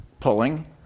Pulling